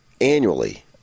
annually